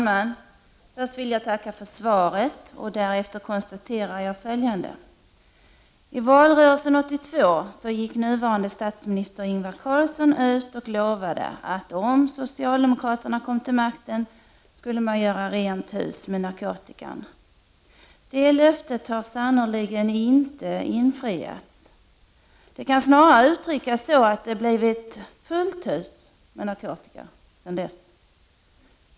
Herr talman! Jag tackar socialministern för svaret. Jag konstaterar följande: Nuvarande statminister Ingvar Carlsson gick i valrörelsen 1982 ut och lovade att om socialdemokraterna kom till makten skulle man göra rent hus med narkotikan. Det löftet har sannerligen inte infriats. Det kan snarare uttryckas så, att det sedan dess blivit fullt hus med narkotikan.